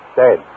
dead